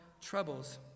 troubles